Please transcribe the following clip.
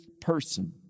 person